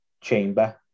chamber